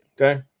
okay